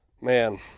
Man